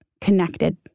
connected